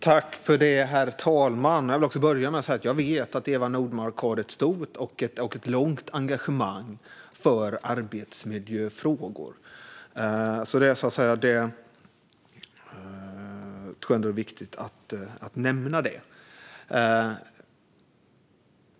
Herr talman! Jag vill börja med att säga att jag vet att Eva Nordmark har ett stort och långt engagemang för arbetsmiljöfrågor. Jag tror ändå att det är viktigt att nämna det.